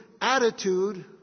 attitude